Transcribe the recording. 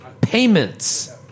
Payments